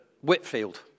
Whitfield